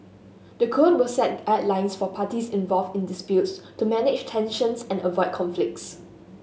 the code will set guidelines for parties involved in disputes to manage tensions and avoid conflicts